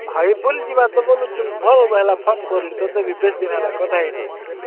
ଭାଇ ବୁଲି ଯିବା ତ ବୁଲୁଛି ଭଲ ହେଲା ଫୋନ କଲୁ ତୋତେ ବି ବେଶ ଦିନ ହେଲା କଥା ହୋଇନଥିଲି